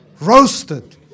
Roasted